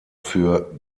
für